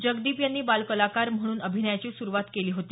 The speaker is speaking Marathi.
जगदीप यांनी बाल कलाकार म्हणून अभिनयाची सुरुवात केली होती